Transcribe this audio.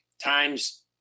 times